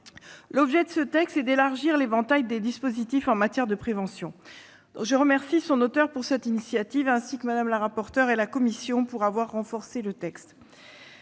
L'objet de ce texte est d'élargir l'éventail des dispositifs en matière de prévention. Je remercie son auteur de cette initiative, ainsi que Mme la rapporteur et la commission pour avoir renforcé le texte.